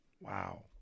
Wow